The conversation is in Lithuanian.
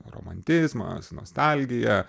romantizmas nostalgija